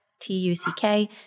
T-U-C-K